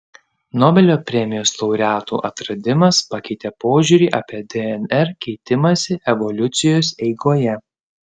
nobelio premijos laureatų atradimas pakeitė požiūrį apie dnr keitimąsi evoliucijos eigoje